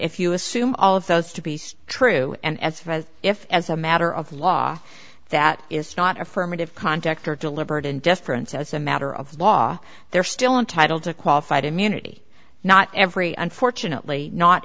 if you assume all of those to be true and as far as if as a matter of law that is not affirmative contact or delivered in deference as a matter of law they're still entitled to qualified immunity not every unfortunately not